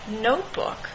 notebook